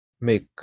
make